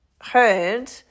heard